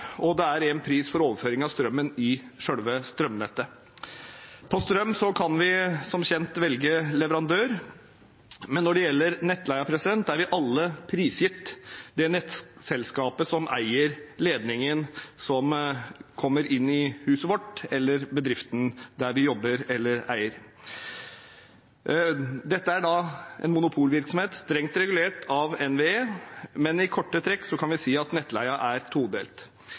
og det er én pris for overføring av strømmen i selve strømnettet. Når det gjelder strøm, kan vi som kjent velge leverandør, men når det gjelder nettleie, er vi alle prisgitt det nettselskapet som eier ledningen inn i huset vårt eller bedriften vi eier eller jobber i. Dette er en monopolvirksomhet, strengt regulert av NVE, men i korte trekk kan vi si at nettleien er todelt.